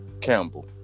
Campbell